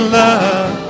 love